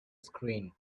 screen